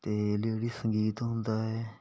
ਅਤੇ ਲੇਡੀ ਸੰਗੀਤ ਹੁੰਦਾ ਹੈ